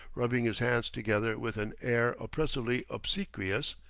rubbing his hands together with an air oppressively obsequious,